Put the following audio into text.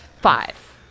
Five